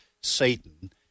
Satan